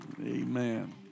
Amen